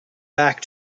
back